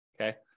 okay